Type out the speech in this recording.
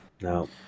No